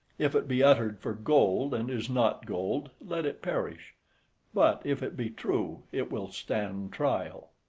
if it be uttered for gold and is not gold, let it perish but if it be true, it will stand trial.